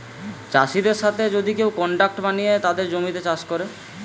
চাষিদের সাথে যদি কেউ কন্ট্রাক্ট বানিয়ে তাদের জমিতে চাষ করে